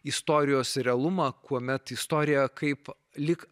istorijos realumą kuomet istoriją kaip lyg